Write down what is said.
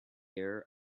air